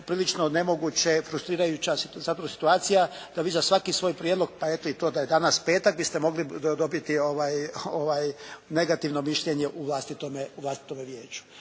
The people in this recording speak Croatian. upravo nemoguće, frustrirajuće zapravo situacije da vi za svaki svoj prijedlog pa eto i to da je danas petak biste mogli dobiti negativno mišljenje u vlastitome vijeću.